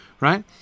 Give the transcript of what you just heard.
right